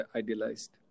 idealized